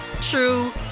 true